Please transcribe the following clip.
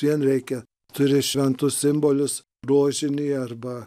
vien reikia turi šventus simbolius rožinį arba